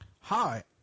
Hi